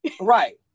Right